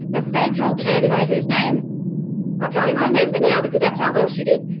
the federal candidate whose name i can't even remember now because that's how well she did,